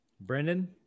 Brendan